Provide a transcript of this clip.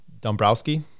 Dombrowski